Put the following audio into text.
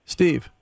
Steve